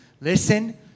Listen